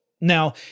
Now